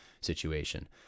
situation